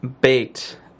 bait